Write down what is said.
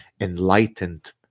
enlightened